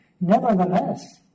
Nevertheless